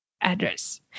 address